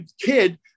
kid